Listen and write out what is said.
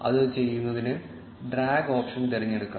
അത് ചെയ്യുന്നതിന് drag option തിരഞ്ഞെടുക്കാം